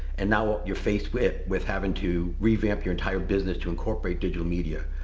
and now you're faced with with having to revamp your entire business to incorporate digital media.